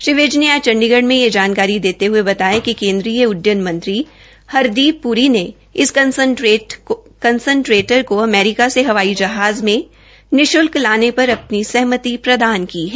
श्री विज ने आज चंडीगढ़ में यह जानकारी देते हए बताया कि केंद्रीय उड़डयन मंत्री हरदीप प्री ने इन कंसंट्रेटर को अमेरिका से हवाई जहाज में निशुल्क लाने पर अपनी सहमति प्रदान की है